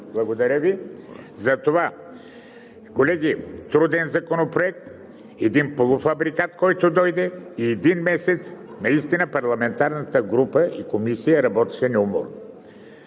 Благодаря Ви. Колеги, труден Законопроект е, полуфабрикат, когато дойде, и един месец наистина парламентарната група и Комисията работиха неуморно.